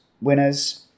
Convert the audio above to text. winners